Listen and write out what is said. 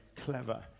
clever